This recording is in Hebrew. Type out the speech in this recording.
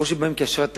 או שבאים באשרת תייר,